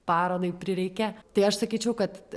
parodai prireikia tai aš sakyčiau kad